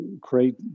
create